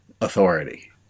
authority